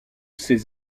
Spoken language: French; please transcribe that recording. ces